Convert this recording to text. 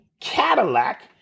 Cadillac